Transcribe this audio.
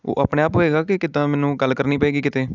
ਉਹ ਆਪਣੇ ਆਪ ਹੋਵੇਗਾ ਕਿ ਕਿੱਦਾਂ ਮੈਨੂੰ ਗੱਲ ਕਰਨੀ ਪਵੇਗੀ ਕਿਤੇ